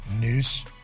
news